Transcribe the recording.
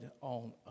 on